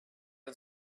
and